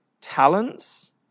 talents